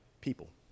people